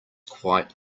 quite